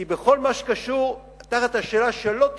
כי בכל מה שקשור לשאלה שלא תיבדק,